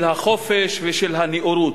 של החופש ושל הנאורות.